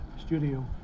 studio